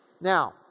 now